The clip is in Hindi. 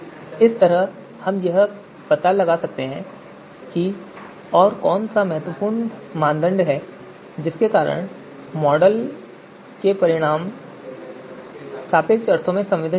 इस तरह हम यह भी पता लगा सकते हैं कि कौन सा महत्वपूर्ण मानदंड है जिसके लिए मॉडल के परिणाम सापेक्ष अर्थों में संवेदनशील हैं